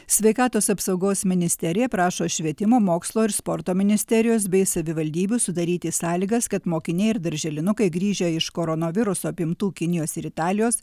sveikatos apsaugos ministerija prašo švietimo mokslo ir sporto ministerijos bei savivaldybių sudaryti sąlygas kad mokiniai ir darželinukai grįžę iš koronaviruso apimtų kinijos ir italijos